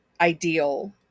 ideal